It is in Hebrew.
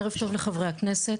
ערב טוב לחברי הכנסת,